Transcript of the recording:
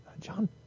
John